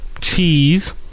cheese